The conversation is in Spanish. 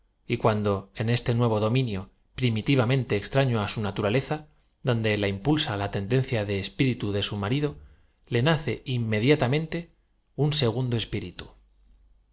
y cuando en este nuevo domídío prim itivam ente extraño á su naturaleza donde la impulsa la tendencia de espíritu de bu mari do le nace inmediatamente un segundo espíritu